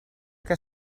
que